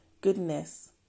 goodness